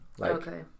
Okay